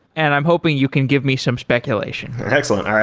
and i'm hoping you can give me some speculation excellent.